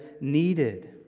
needed